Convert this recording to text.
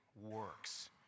works